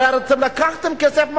הרי אתם לקחתם כסף מהעובדים.